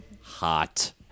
Hot